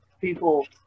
people